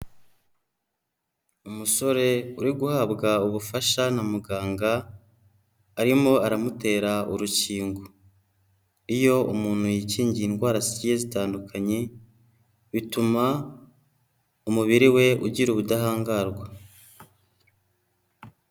Umusore uri guhabwa ubufasha na muganga arimo aramutera urukingo. Iyo umuntu yikingiye indwara zigiye zitandukanye bituma umubiri we ugira ubudahangarwa.